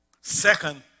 Second